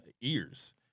ears